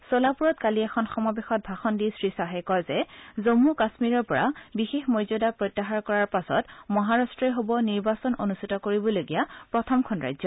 ছলাপুৰত কালি এখন সমাৱেশত ভাষণ দি শ্ৰীখাহে কয় যে জম্মু কাশ্মীৰৰ পৰা বিশেষ মৰ্যাদা প্ৰত্যাহাৰ কৰাৰ পাছত মহাৰট্টই হ'ব নিৰ্বাচন অনুষ্ঠিত কৰিবলগীয়া প্ৰথমখন ৰাজ্য